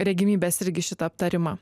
regimybės irgi šitą aptarimą